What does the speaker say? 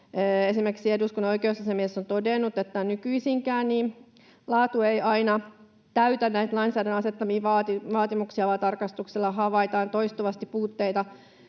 Esimerkiksi eduskunnan oikeusasiamies on todennut, että nykyisinkään laatu ei aina täytä näitä lainsäädännön asettamia vaatimuksia vaan tarkastuksilla havaitaan toistuvasti puutteita